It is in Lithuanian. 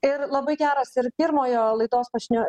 ir labai geras ir pirmojo laidos pašne